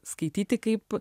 skaityti kaip